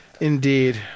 Indeed